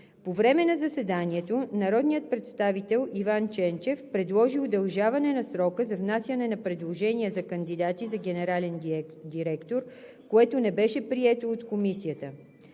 По-време на заседанието народният представител Иван Ченчев предложи удължаване на срока за внасяне на предложения за кандидати за генерален директор, което не беше прието от Комисията.